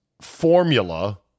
formula